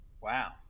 Wow